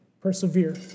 Persevere